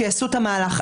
שיעשו את המהלך.